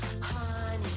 honey